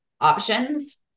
options